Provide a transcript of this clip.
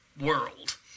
world